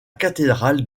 cathédrale